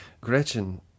Gretchen